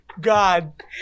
God